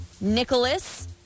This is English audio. Nicholas